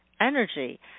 energy